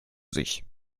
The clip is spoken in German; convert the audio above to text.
sich